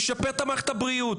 לשפר את מערכת הבריאות.